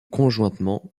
conjointement